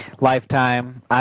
lifetime